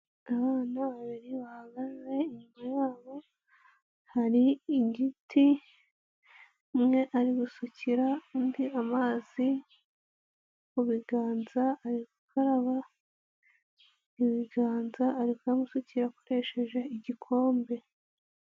Abana babiri bahagaze inyuma yabo hari igiti umwe ari gusukira undi amazi mu biganza ari gukaraba ibiganza ari kuyamusukira akoresheje igikombe.